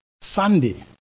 Sunday